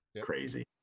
crazy